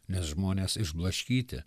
nes žmonės išblaškyti